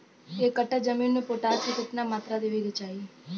एक कट्ठा जमीन में पोटास के केतना मात्रा देवे के चाही?